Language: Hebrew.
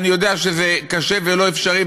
אני יודע שזה קשה ולא אפשרי,